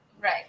Right